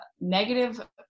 negative